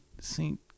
Saint